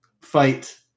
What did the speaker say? fight